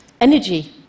energy